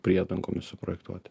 priedangomis suprojektuoti